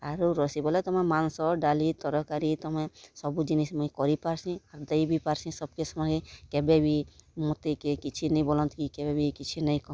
ଆରୁ ରୋଷେଇ ବୋଲେ ତୁମେ ମାଂସ ଡାଲି ତରକାରୀ ତୁମେ ସବୁ ଜିନିଷ୍ ମୁଇଁ କରି ପାରସିଁ ଆର୍ ଦେଇ ବି ପାରସିଁ ସବ୍କେ ସାମେ କେବେ ବି ମୋତେ କେହି କିଛି ନେଇଁ ବୋଲନ୍ତ କି କେବେ ବି କିଛି ନେଇଁ କହନ୍